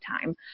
time